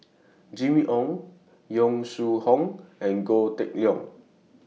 Jimmy Ong Yong Shu Hoong and Goh Kheng Long